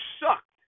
sucked